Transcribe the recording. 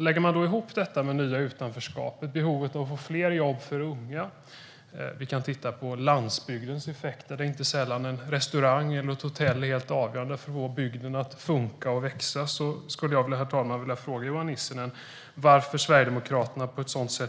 Lägger man ihop detta med det nya utanförskapet och behovet av att få fler jobb för unga - på landsbygden är en restaurang eller ett hotell inte sällan helt avgörande för att få bygden att funka och växa - leder det till att jag vill fråga Johan Nissinen varför Sverigedemokraterna